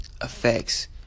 affects